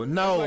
no